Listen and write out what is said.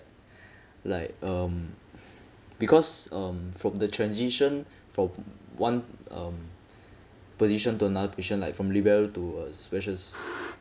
like um because um from the transition from one um position to another position like from libero to a spacious